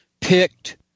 picked